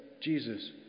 Jesus